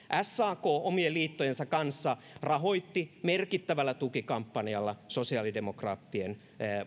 sak omien liittojensa kanssa rahoitti merkittävällä tukikampanjalla sosiaalidemokraattien